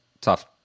tough